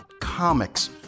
comics